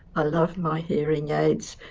ah love my hearing aids